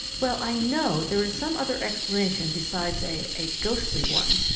well, i know there is some other explanation besides a a ghostly one!